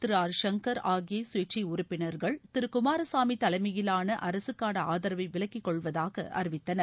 திரு R எங்கர் ஆகிய சுயேட்சை உறுப்பினர்கள் திரு குமாரசாமி தலைமையிலான அரசுக்கான ஆதரவை விலக்கிக்கொள்வதாக அறிவித்தனர்